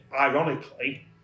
ironically